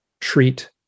treat